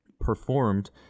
performed